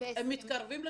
הם מתקרבים ל-13%.